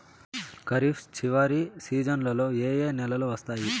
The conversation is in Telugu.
ఖరీఫ్ చివరి సీజన్లలో ఏ ఏ నెలలు వస్తాయి